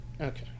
Okay